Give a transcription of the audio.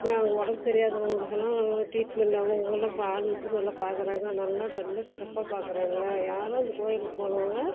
உடம்பு சரியாதவங்களுக்கெல்லாம் ட்ரீட்மெண்ட் அவங்கவுங்களும் இப்போ ஆள் வைச்சு நல்லா பாக்கிறாங்க நல்லா நல்லா சிறப்பாக பாக்கிறாங்க யாரும் அந்த கோவிலுக்கு போனவங்க